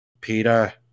Peter